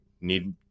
need